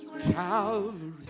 Calvary